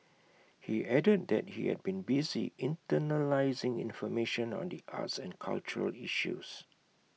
he added that he had been busy internalising information on the arts and cultural issues